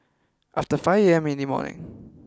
after five A M in the morning